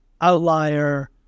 outlier